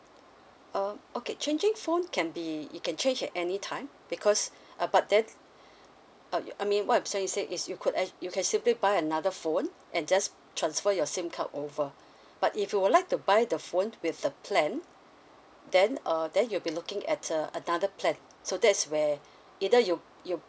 um okay changing phone can be it can change any time because uh but then uh I mean what I'm trying to say is you could at you can simply buy another phone and just transfer your sim card over but if you would like to buy the phone with the plan then uh then you'll be looking at a another plan so that's where either you you